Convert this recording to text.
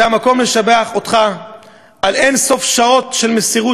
זה המקום לשבח אותך על אין-סוף שעות של מסירות,